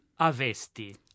Avesti